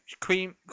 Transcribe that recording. cream